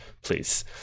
please